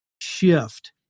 shift